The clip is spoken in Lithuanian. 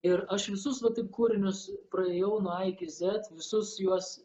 ir aš visus va taip kūrinius praėjau nuo a iki z visus juos